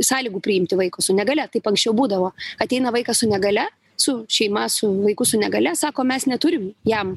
sąlygų priimti vaiko su negalia taip anksčiau būdavo ateina vaikas su negalia su šeima su vaiku su negalia sako mes neturim jam